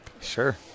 Sure